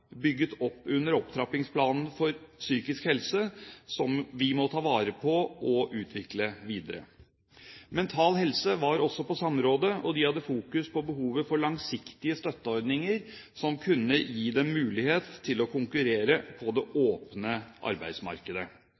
bygget opp under Opptrappingsplanen for psykisk helse, som vi må ta vare på og utvikle videre. Mental Helse var også på samrådet, og de fokuserte på behovet for langsiktige støtteordninger som kunne gi dem mulighet til å konkurrere på det åpne arbeidsmarkedet.